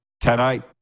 tonight